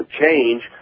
change